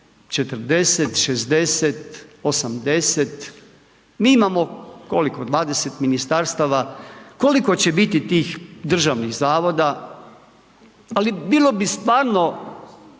40, 60, 80. Mi imamo, koliko, 20 ministarstava, koliko će biti tih državnih zavoda? Ali bilo bi stvarno